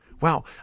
Wow